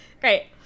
Great